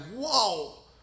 whoa